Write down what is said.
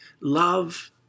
love